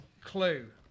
clue